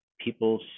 people